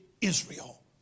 Israel